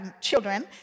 Children